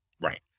Right